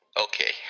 Okay